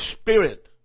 Spirit